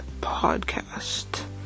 Podcast